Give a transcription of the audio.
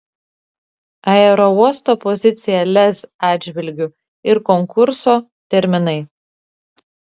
aerouosto pozicija lez atžvilgiu ir konkurso terminai